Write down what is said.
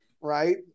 right